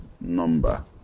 number